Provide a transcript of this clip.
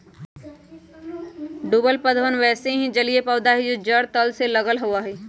डूबल पौधवन वैसे ही जलिय पौधा हई जो जड़ तल से लगल होवा हई